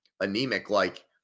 anemic-like –